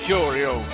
Curio